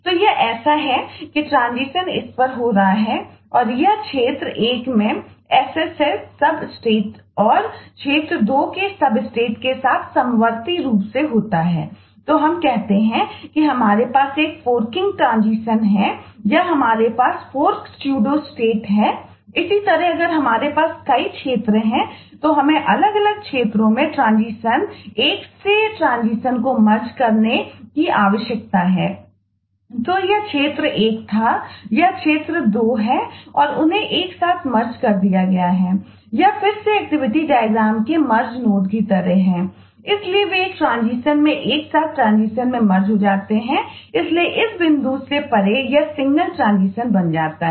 तो यह ऐसा है जैसे कि ट्रांजीशन बन जाता है